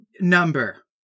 number